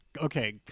Okay